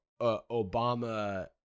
obama